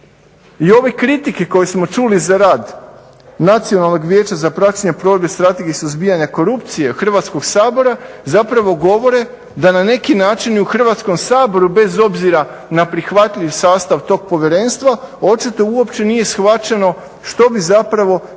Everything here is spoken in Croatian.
I ove kritike koje smo čuli za rad Nacionalnog vijeća za praćenje probne strategije i suzbijanja korupcije Hrvatskog sabora zapravo govore da na neki način i u Hrvatskom saboru bez obzira na prihvatljiv sastav tog povjerenstva očito uopće nije shvaćeno što bi zapravo trebalo